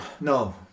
No